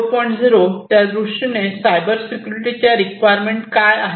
0 त्यादृष्टीने cyber security च्या requirement काय आहे